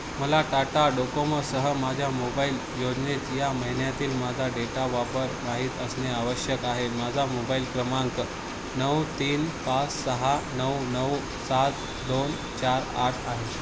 मला टाटा डोकोमोसह माझ्या मोबाईल योजनेत या महिन्यातील माझा डेटा वापर माहीत असणे आवश्यक आहे माझा मोबाईल क्रमांक नऊ तीन पाच सहा नऊ नऊ सात दोन चार आठ आहे